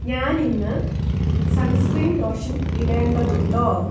ഞാൻ ഇന്ന് sunscreen lotion ഇടേണ്ടതുണ്ടോ